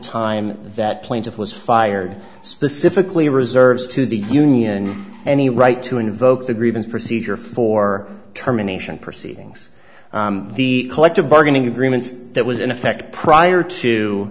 time that plaintiff was fired specifically reserves to the union any right to invoke the grievance procedure for terminations proceedings the collective bargaining agreement that was in effect prior to